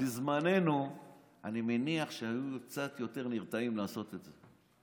בזמננו אני מניח שהיו קצת יותר נרתעים מלעשות את זה.